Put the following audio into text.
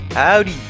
Howdy